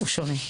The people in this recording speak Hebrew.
הוא שונה.